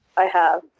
i have,